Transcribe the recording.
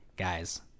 Guys